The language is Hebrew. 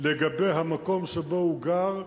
לגבי המקום שבו הם גרים.